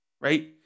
right